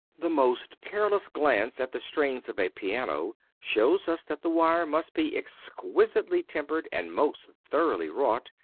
the most careless glance at the strings of a piano shows us that the wire must be exquisitely tempered and most thoroughly wrought,